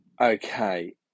okay